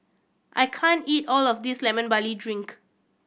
I can't eat all of this Lemon Barley Drink